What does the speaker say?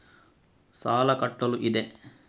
ಸಾಲ ಕಟ್ಟಲು ಇದೆ